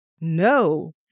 No